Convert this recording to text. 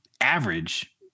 average